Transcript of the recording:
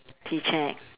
tea check